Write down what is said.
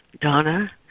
Donna